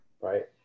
right